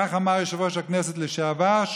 כך אמר יושב-ראש הכנסת לשעבר,